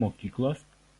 mokyklos